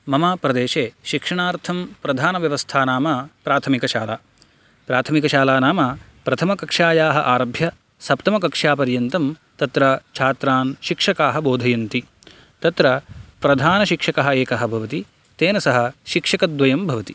मम प्रदेशे शिक्षणार्थं प्रधान व्यवस्था नाम प्राथमिकशाला प्राथमिकशालानाम प्रथमकक्षायाः आरभ्य सप्तमकक्षापर्यन्तं तत्र छात्रान् शिक्षकाः बोधयन्ति तत्र प्रधानशिक्षकः एकः भवति तेन सह शिक्षकद्वयं भवति